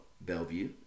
Bellevue